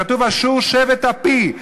כתוב: "אשור שבט אפי".